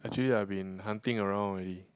actually I've been hunting around already